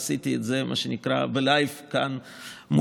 עשיתי את זה מה שנקרא ב"לייב", כאן מולכם.